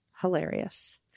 Hilarious